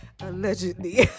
Allegedly